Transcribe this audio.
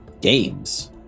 Games